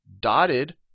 dotted